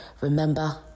Remember